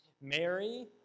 Mary